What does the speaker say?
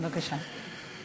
בבקשה.